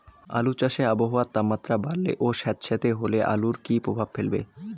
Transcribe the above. আলু চাষে আবহাওয়ার তাপমাত্রা বাড়লে ও সেতসেতে হলে আলুতে কী প্রভাব ফেলবে?